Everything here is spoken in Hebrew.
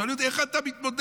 שאלו אותי: איך אתה מתמודד?